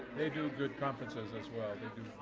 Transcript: they do good conferences as well.